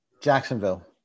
Jacksonville